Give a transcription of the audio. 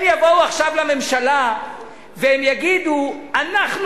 הם יבואו עכשיו לממשלה והם יגידו: אנחנו